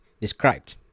described